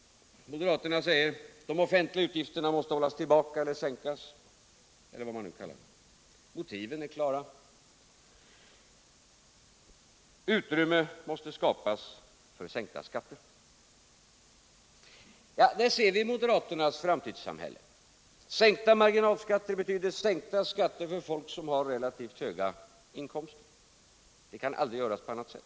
Moderaterna säger: De offentliga utgifterna måste hållas tillbaka — eller sänkas, eller vad man nu kallar det. Motivet är klart: utrymme måste skapas för sänkta skatter. Där ser vi moderaternas framtidssamhälle: sänkta marginalskatter betyder sänkta skatter för folk som har relativt höga inkomster — det kan aldrig bli på annat sätt.